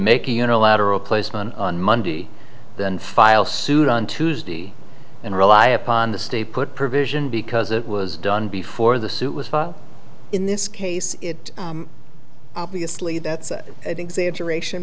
make a unilateral closed on monday then file suit on tuesday and rely upon the stay put provision because it was done before the suit was filed in this case it obviously that's an exaggeration